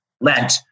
lent